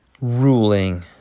Ruling